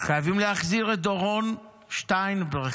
חייבים להחזיר את דורון שטיינברכר,